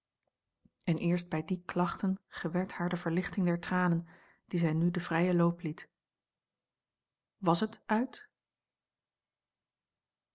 en eerst bij die klachten gewerd haar de verlichting der tranen die zij nu den vrijen loop liet was het uit